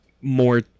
more